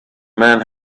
men